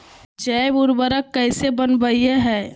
जैव उर्वरक कैसे वनवय हैय?